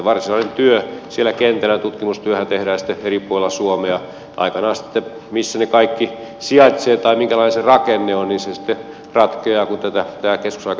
varsinainen työ siellä kentällä tutkimustyöhän tehdään sitten eri puolilla suomea ja aikanaan sitten se missä ne kaikki sijaitsevat tai minkälainen se rakenne ollisesti rattia jota täytyy saada